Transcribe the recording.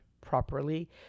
properly